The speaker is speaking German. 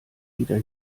wieder